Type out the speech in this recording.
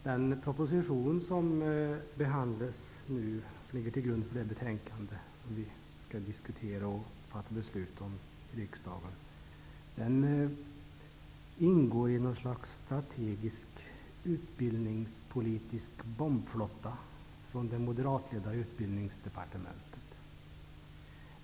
Den proposition som ligger till grund för det betänkande som vi nu skall behandla och fatta beslut om ingår i något slags strategisk utbildningspolitisk bombflotta från det moderatledda Utbildningsdepartementet.